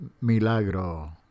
Milagro